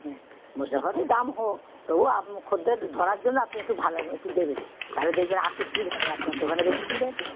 হুম মশলাপাতির দাম হোক তবুও আপনি খদ্দের ধরার জন্য আপনি একটু ভালো একটু দেবেন তালে দেখবেন আট্টু ভিড় হবে আপনাকে দোকানে বেশি ভিড় হচ্ছে